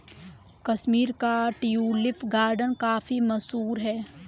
कश्मीर का tulip garden काफी मशहूर है